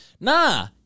Nah